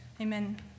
Amen